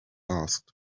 asked